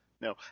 no